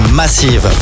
massive